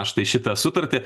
štai šitą sutartį